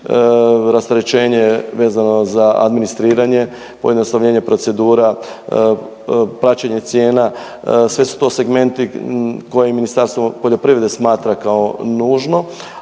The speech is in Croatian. rasterećenje vezano za administriranje, pojednostavljenje procedura, praćenje cijena. Sve su to segmenti koje i Ministarstvo poljoprivrede smatra kao nužno,